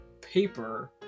paper